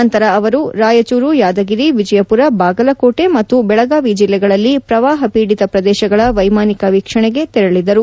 ನಂತರ ಅವರು ರಾಯಚೂರು ಯಾದಗಿರಿ ವಿಜಯಪುರ ಬಾಗಲಕೋಟೆ ಮತ್ತು ಬೆಳಗಾವಿ ಜಿಲ್ಲೆಗಳಲ್ಲಿ ಪ್ರವಾಹ ಪೀಡಿತ ಪ್ರದೇಶಗಳ ವೈಮಾನಿಕ ವೀಕ್ಷಣೆಗೆ ತೆರಳಿದರು